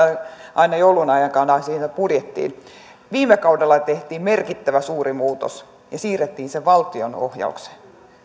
aina joulun aikana budjettiin viime kaudella tehtiin merkittävä suuri muutos ja siirrettiin se valtion ohjaukseen